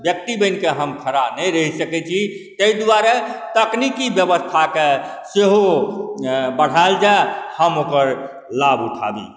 व्यक्ति बनिकऽ हम खड़ा नहि रहि सकै छी ताहि दुआरे तकनीकी बेबस्थाके सेहो बढ़ाएल जाइ हम ओकर लाभ उठाबी